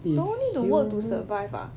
no need to work to survive ah